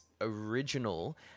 original